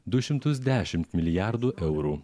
du šimtus dešimt milijardų eurų